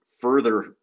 further